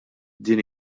din